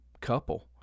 couple